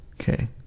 okay